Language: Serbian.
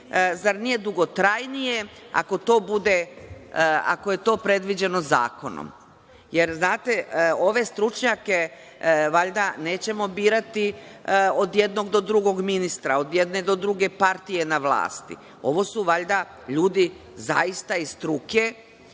zar nije dugotrajnije ako je to predviđeno zakonom? Znate, ove stručnjake valjda nećemo birati od jednog do drugog ministra, od jedne do druge partije na vlasti. Ovo su valjda ljudi zaista iz struke